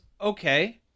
okay